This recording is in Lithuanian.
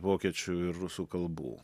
vokiečių ir rusų kalbų